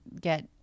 get